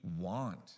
want